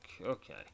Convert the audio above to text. Okay